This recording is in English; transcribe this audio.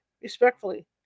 Respectfully